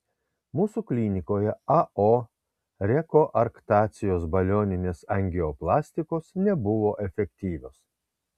mūsų klinikoje ao rekoarktacijos balioninės angioplastikos nebuvo efektyvios